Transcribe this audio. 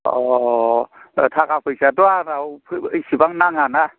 अ थाखा फैसायाथ' आंनाव इसेबां नाङाना